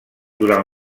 durant